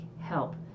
help